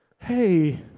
Hey